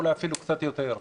אולי אפילו קצת יותר.